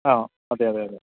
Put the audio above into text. ആ അതെ അതെ